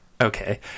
Okay